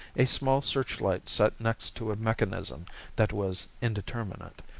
a small searchlight set next to a mechanism that was indeterminate.